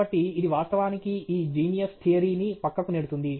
కాబట్టి ఇది వాస్తవానికి ఈ 'జీనియస్' థియరీ ని పక్కకు నెడుతుంది